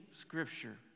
scripture